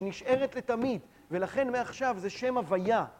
נשארת לתמיד, ולכן מעכשיו זה שם הוויה.